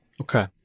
Okay